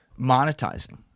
monetizing